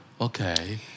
Okay